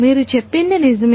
మీరు చెప్పింది నిజమే